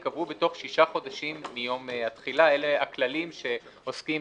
ייקבעו בתוך שישה חודשים מיום התחילה." אלה הכללים שעוסקים